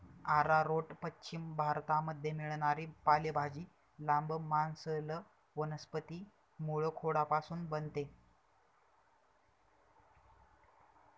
arrowroot पश्चिम भारतामध्ये मिळणारी पालेभाजी, लांब, मांसल वनस्पती मूळखोडापासून बनते